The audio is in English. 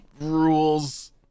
rules